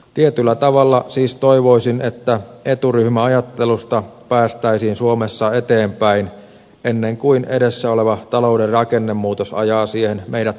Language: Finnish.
tietyllä tavalla siis toivoisin että eturyhmäajattelusta päästäisiin suomessa eteenpäin ennen kuin edessä oleva talouden rakennemuutos ajaa siihen meidät hallitsemattomasti